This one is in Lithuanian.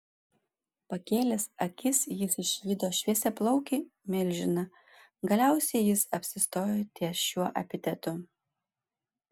pakėlęs akis jis išvydo šviesiaplaukį milžiną galiausiai jis apsistojo ties šiuo epitetu